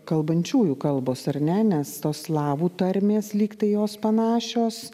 kalbančiųjų kalbos ar ne nes tos slavų tarmės lyg tai jos panašios